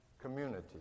community